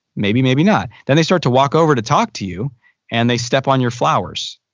maybe, maybe not. then they start to walk over to talk to you and they step on your flowers.